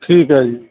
ਠੀਕ ਹੈ ਜੀ